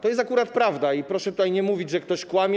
To jest akurat prawda i proszę nie mówić, że ktoś kłamie.